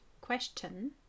question